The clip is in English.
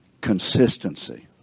consistency